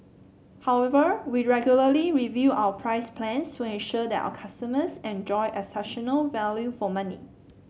however we regularly review our price plans to ensure that our customers enjoy exceptional value for money